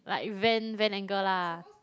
like vent vent anger lah